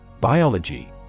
Biology